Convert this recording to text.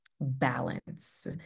balance